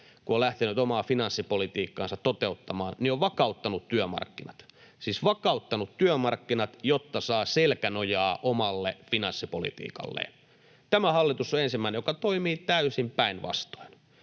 kun on lähtenyt omaa finanssipolitiikkaansa toteuttamaan, vakauttanut työmarkkinat — siis vakauttanut työmarkkinat, jotta saa selkänojaa omalle finanssipolitiikalleen. Tämä hallitus on ensimmäinen, joka toimii täysin päinvastoin,